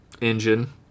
engine